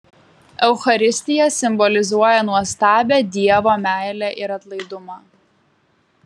eucharistija simbolizuoja nuostabią dievo meilę ir atlaidumą